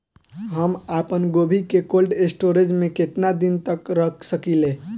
हम आपनगोभि के कोल्ड स्टोरेजऽ में केतना दिन तक रख सकिले?